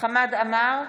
חמד עמאר,